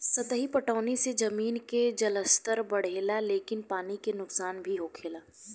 सतही पटौनी से जमीन के जलस्तर बढ़ेला लेकिन पानी के नुकसान भी होखेला